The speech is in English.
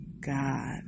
God